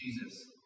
Jesus